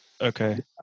Okay